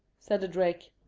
said the drake.